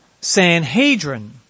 Sanhedrin